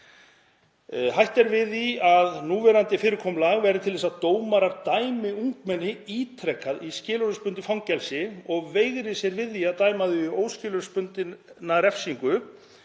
Hætt er við því að núverandi fyrirkomulag verði til þess að dómarar dæmi ungmenni ítrekað í skilorðsbundið fangelsi og veigri sér við því að dæma þau til óskilorðsbundinnar refsingar